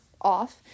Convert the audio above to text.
off